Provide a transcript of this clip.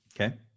Okay